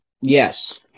yes